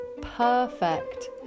perfect